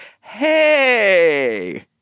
hey